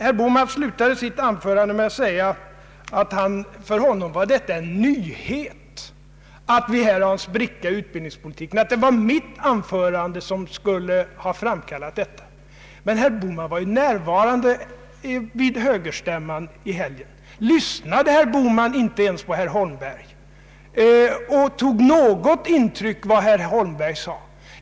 Herr Bohman slutade sitt anförande med att säga att det för honom var en nyhet, att vi här har en spricka i utbildningspolitiken, att det var mitt anförande som skulle ha framkallat denna effekt. Men herr Bohman var ju närvarande vid högerstämman i helgen. Lyssnade herr Bohman inte ens på herr Holmberg och tog något intryck av vad herr Holmberg sade?